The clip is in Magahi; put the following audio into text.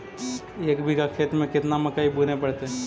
एक बिघा खेत में केतना मकई बुने पड़तै?